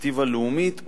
בפרספקטיבה לאומית,